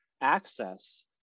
access